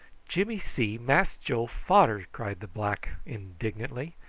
jimmy see mass joe fader, cried the black indignantly.